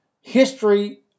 history